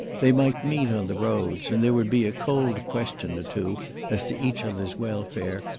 they might meet on the roads, and there would be a cold question or two as to each other's welfare,